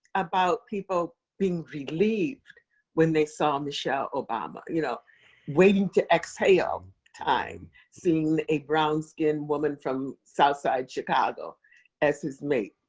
about people being relieved when they saw michelle obama. you know waiting to exhale time seeing a brown skinned woman from south side chicago as his mate.